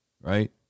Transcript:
right